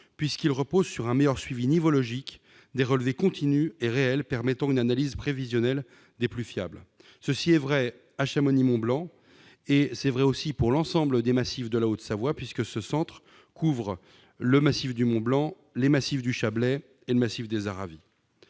puisqu'ils reposent sur un meilleur suivi nivologique, ainsi que sur des relevés continus et réels permettant une analyse prévisionnelle des plus fiables. C'est vrai à Chamonix-Mont-Blanc, mais c'est aussi vrai pour l'ensemble des massifs de Haute-Savoie puisque ce centre couvre le massif du Mont-Blanc, le massif du Chablais et le massif des Aravis.